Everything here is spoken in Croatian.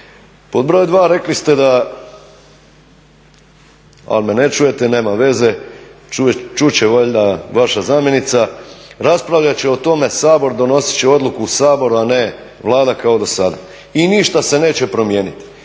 Pod broj 2., rekli ste da, ali me ne čujete, nema veze, čuti će valjda vaša zamjenica, raspravljati će o tome Sabor, donositi će odluku Sabor a ne Vlada kao do sada i ništa se neće promijeniti.